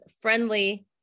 friendly